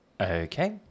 Okay